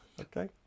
Okay